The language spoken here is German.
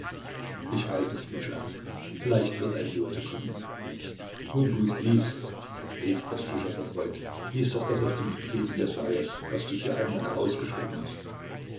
ich weiß nicht mischa vielleicht wird ein bote kommen nun gut lies rief bestuschew erfreut lies doch das aus dem propheten jesaias was du dir einmal herausgeschrieben hast